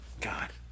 God